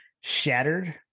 shattered